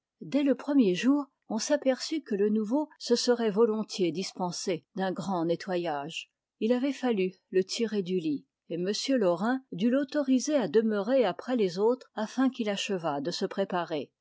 dès le premier jour on s'aperçut que le nouveau se serait volontiers dispensé d'un gràiid nettoyage il avait fallu le tirer du lit et m lau rin dut l'autoriser à demeurer après les âil tres afin qu'il achevât de se préparer